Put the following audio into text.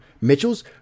Mitchell's